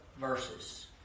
verses